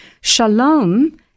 Shalom